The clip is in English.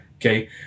Okay